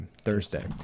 Thursday